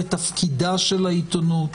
זה תפקידה של העיתונות